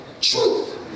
truth